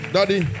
Daddy